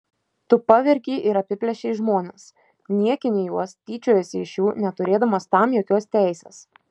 tu pavergei ir apiplėšei žmones niekini juos tyčiojiesi iš jų neturėdamas tam jokios teisės